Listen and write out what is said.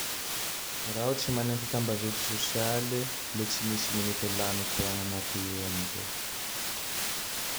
I raho tsy manenty tambazotra sôsiale. Le tsy misy minity laniko agnaty io amizay.